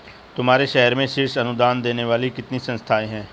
तुम्हारे शहर में शीर्ष अनुदान देने वाली कितनी संस्थाएं हैं?